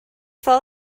fell